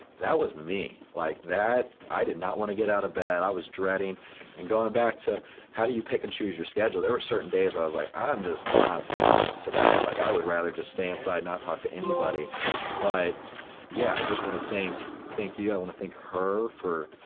that was me, like i did not wanna get out of bed, i was dreading and going back to how do you pick and choose your schedule, there were certain days where i was like i'm just not feeling this today, like i would rather just stay inside and not talk to anybody but yeah, i just wanna thank thank you, i wanna thank her for